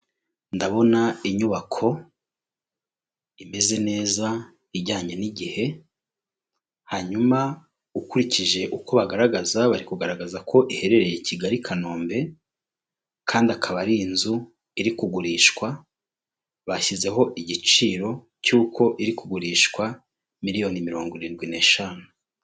Ndabona inyubako imeze neza ijyanye n'igihe, hanyuma ukurikije uko bagaragaza bari kugaragaza ko iherereye i Kigali, i Kanombe kandi akaba ari inzu iri kugurishwa, bashyizeho igiciro cy'uko iri kugurishwa miliyoni mirongo irindwi n'eshanu.